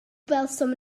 gwelsom